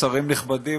שרים נכבדים,